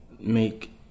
make